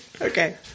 Okay